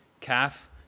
calf